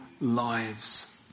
lives